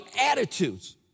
attitudes